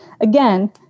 Again